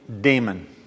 demon